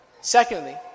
Secondly